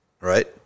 Right